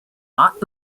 art